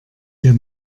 dir